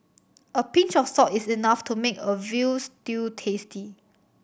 a pinch of salt is enough to make a veal stew tasty